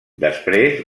després